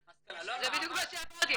--- זה בדיוק מה שאמרתי בדבריי.